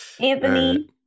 Anthony